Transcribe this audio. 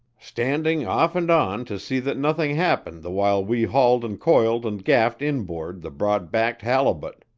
standing off and on to see that nothing happened the while we hauled and coiled and gaffed inboard the broad-backed halibut.